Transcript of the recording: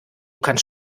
kannst